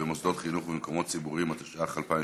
במוסדות חינוך ובמקומות ציבוריים, התשע"ח 2017,